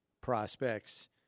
prospects